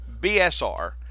BSR